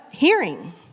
Hearing